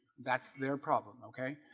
that's their problem. okay?